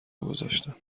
گذاشتم